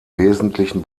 wesentlichen